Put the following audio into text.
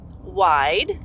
wide